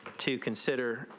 to consider.